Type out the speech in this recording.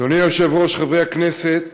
אדוני היושב-ראש, חברי הכנסת,